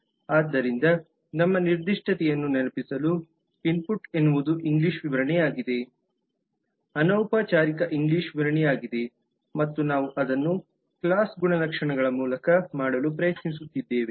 ಆದ್ದರಿಂದ ನಮ್ಮ ನಿರ್ದಿಷ್ಟತೆಯನ್ನು ನೆನಪಿಸಲು ಇನ್ಪುಟ್ ಎನ್ನುವುದು ಇಂಗ್ಲಿಷ್ ವಿವರಣೆಯಾಗಿದೆ ಅನೌಪಚಾರಿಕ ಇಂಗ್ಲಿಷ್ ವಿವರಣೆಯಾಗಿದೆ ಮತ್ತು ನಾವು ಅದನ್ನು ಕ್ಲಾಸ್ ಗುಣಲಕ್ಷಣಗಳ ಮೂಲಕ ಮಾಡಲು ಪ್ರಯತ್ನಿಸುತ್ತಿದ್ದೇವೆ